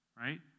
right